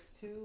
two